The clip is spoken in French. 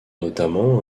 notamment